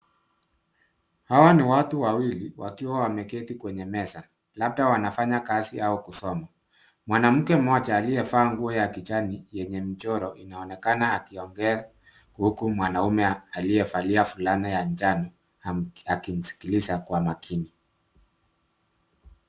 Hawa ni watu wawili wakiwa wameketi kwenye meza labda wanafanya kazi au kusoma mwanamke mmoja aliyevaa nguo ya kijani yeney mchoro inaonekana akiongea huku mwanaume aliyevalia fulana ya njano akimsikiliza kwa makini.